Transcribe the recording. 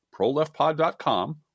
proleftpod.com